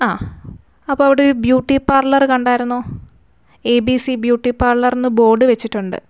ആ അപ്പോൾ അവിടെ ഒരു ബ്യൂട്ടി പാർലറ് കണ്ടായിരുന്നോ എ ബി സി ബ്യൂട്ടി പാർലറെന്നു ബോഡ് വച്ചിട്ടുണ്ട്